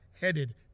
headed